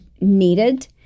needed